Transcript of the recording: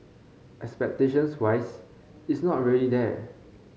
expectations wise it's not really there